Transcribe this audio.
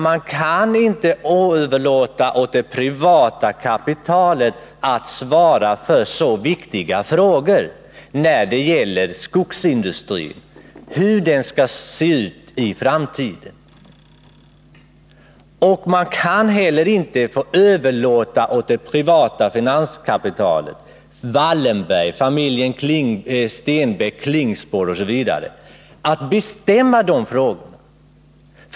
Vi kan inte överlåta åt det privata kapitalet — Wallenberg, familjen Stenbeck-Klingspor osv. — att svara för så viktiga frågor som hur skogspolitiken skall se ut i framtiden.